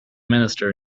minister